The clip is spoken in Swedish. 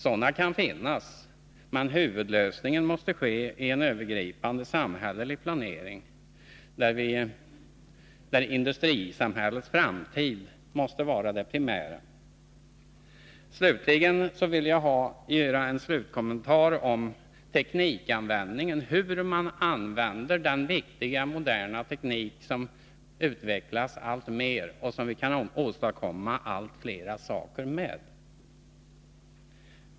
Sådana kan förekomma, men huvudlösningen måste ske i en övergripande samhällelig planering, där industrisamhällets framtid är det primära. Jag vill också göra en slutkommentar om teknikanvändningen, hur man använder den viktiga moderna teknik som utvecklas alltmer och som vi kan åstadkomma allt fler saker med.